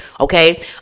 Okay